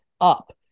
up